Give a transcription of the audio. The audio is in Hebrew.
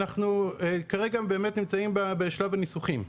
אנחנו כרגע באמת נמצאים בשלב הניסוחים.